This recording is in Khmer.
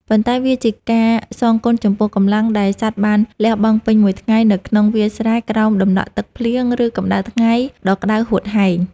ប៉ុន្តែវាជាការសងគុណចំពោះកម្លាំង ដែលសត្វបានលះបង់ពេញមួយថ្ងៃនៅក្នុងវាលស្រែក្រោមតំណក់ទឹកភ្លៀង និងកម្តៅថ្ងៃដ៏ក្តៅហួតហែង។